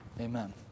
Amen